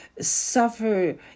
suffer